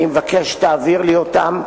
אני מבקש שתעביר לי אותם,